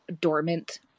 dormant